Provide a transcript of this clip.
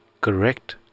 Correct